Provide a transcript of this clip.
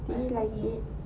mm I see